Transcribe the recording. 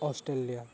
Australia